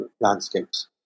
landscapes